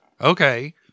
Okay